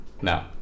No